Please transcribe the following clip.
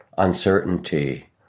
Uncertainty